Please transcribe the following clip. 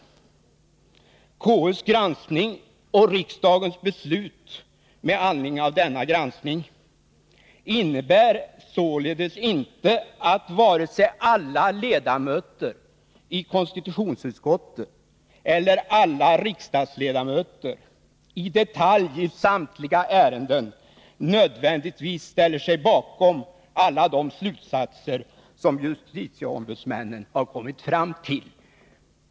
Konstitutionsutskottets granskning och riksdagens beslut med anledning av denna granskning innebär således inte att vare sig alla ledamöter i konstitutionsutskottet eller alla riksdagsledamöter i detalj i samtliga ärenden nödvändigtvis ställer sig bakom alla de slutsatser som justitieombudsmännen har kommit fram till.